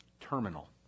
terminal